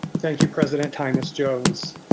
thank you president tymas-jones.